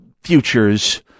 futures